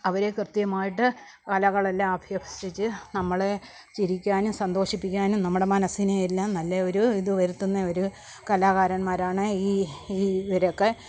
അവരെ കൃത്യമായിട്ട് കലകളെല്ലാം അഭ്യസിച്ച് നമ്മളെ ചിരിക്കാനും സന്തോഷിപ്പിക്കാനും നമ്മുടെ മനസ്സിനെയെല്ലാം നല്ല ഒരു ഇത് വരുത്തുന്ന ഒരു കലാകാരന്മാരാണ് ഈ ഈ ഇവരൊക്കെ